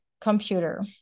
computer